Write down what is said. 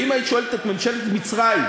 ואם היית שואלת את ממשלת מצרים,